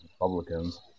Republicans